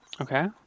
Okay